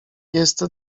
jest